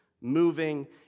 moving